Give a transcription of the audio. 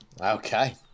Okay